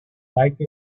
like